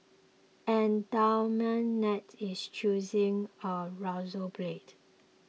an Dalmatian is chewing a razor blade